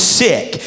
sick